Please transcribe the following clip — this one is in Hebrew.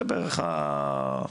זה בערך המצב.